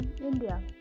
India